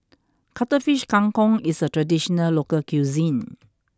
Cuttlefish Kang Kong is a traditional local cuisine